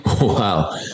wow